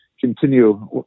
continue